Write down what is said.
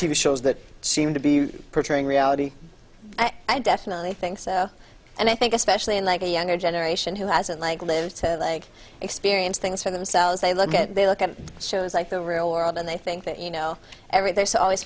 v shows that seem to be portraying reality i definitely think so and i think especially in like a younger generation who hasn't like lives to like experience things for themselves they look at they look at shows like the real world and they think that you know every there's always